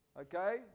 okay